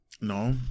No